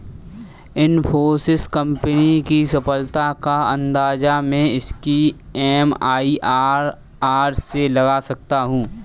Infosys company की सफलता का अंदाजा मैं इसकी एम.आई.आर.आर से लगा सकता हूँ